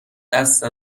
دست